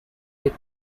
get